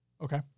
Okay